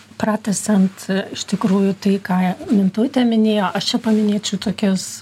pratęsiant iš tikrųjų tai ką mintautė minėjo aš čia paminėčiau tokias